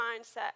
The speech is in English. mindset